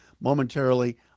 momentarily